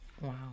Wow